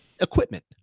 equipment